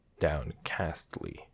downcastly